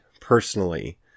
personally